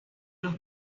los